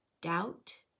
doubt